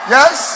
Yes